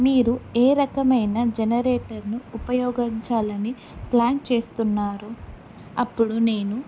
మీరు ఏ రకమైన జనరేటర్ను ఉపయోగించాలని ప్లాన్ చేస్తున్నారు అప్పుడు నేను